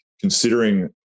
considering